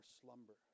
slumber